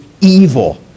evil